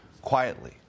Quietly